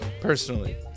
personally